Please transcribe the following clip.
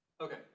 Okay